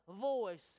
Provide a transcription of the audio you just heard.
voice